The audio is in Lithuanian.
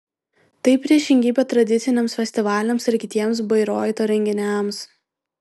tai priešingybė tradiciniams festivaliams ir kitiems bairoito renginiams